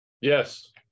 Yes